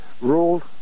ruled